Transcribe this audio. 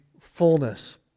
fullness